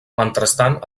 mentrestant